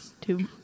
two